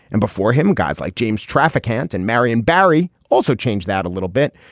and before him. guys like james traficant and marion barry also changed that a little bit.